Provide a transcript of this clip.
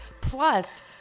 Plus